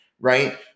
Right